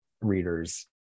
readers